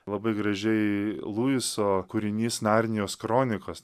labai gražiai luiso kūrinys narnijos kronikos